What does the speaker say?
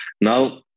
Now